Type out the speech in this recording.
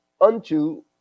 unto